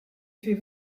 fait